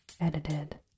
edited